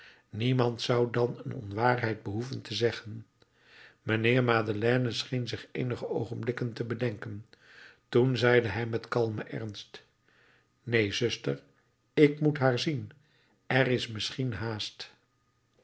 niemand zou dan een onwaarheid behoeven te zeggen mijnheer madeleine scheen zich eenige oogenblikken te bedenken toen zeide hij met kalmen ernst neen zuster ik moet haar zien er is misschien haast